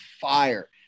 fire